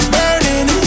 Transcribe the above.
Burning